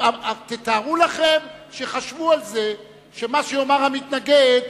תארו לכם שחשבו על זה שמה שיאמר המתנגד,